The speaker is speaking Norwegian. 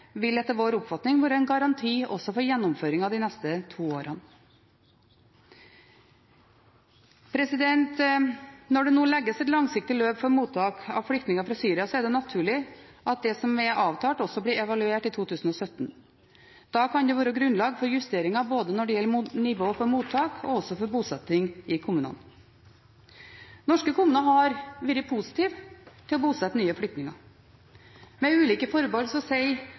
vil etter vår oppfatning være en garanti også for gjennomføringen de neste to årene. Når det nå legges et langsiktig løp for mottak av flyktninger fra Syria, er det naturlig at det som er avtalt, også blir evaluert i 2017. Da kan det være grunnlag for justeringer når det gjelder nivå både for mottak og for bosetting i kommunene. Norske kommuner har vært positive til å bosette nye flyktninger. Med ulike forbehold sier